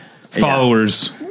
followers